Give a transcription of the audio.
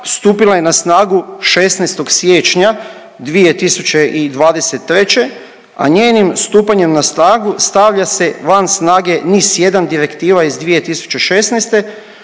stupila je na snagu 16. siječnja 2023., a njenim stupanjem na snagu stavlja se van snage NIS-1 direktiva iz 2016.